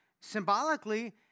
symbolically